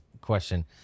question